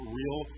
real